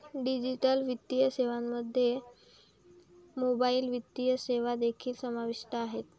digital वित्तीय सेवांमध्ये mobile वित्तीय सेवा देखील समाविष्ट आहेत